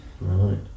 Right